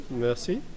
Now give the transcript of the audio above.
merci